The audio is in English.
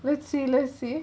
let's see let's see